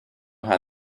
how